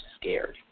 scared